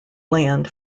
land